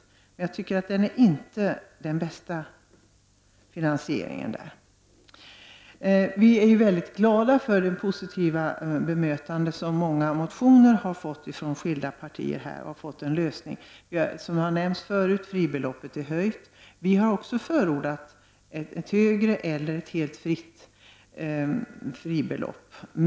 Men jag tycker inte att det är den bästa finansieringen. Vi i miljöpartiet är mycket glada för det positiva bemötande som många motioner från skilda partier har fått och som har fått en lösning. Som har nämnts förut har fribeloppet höjts. Miljöpartiet har också förordat ett högre eller ett helt fritt fribelopp.